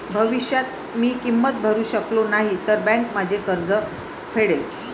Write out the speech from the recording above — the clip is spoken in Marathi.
भविष्यात मी किंमत भरू शकलो नाही तर बँक माझे कर्ज फेडेल